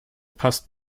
passt